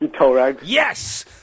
Yes